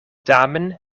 tamen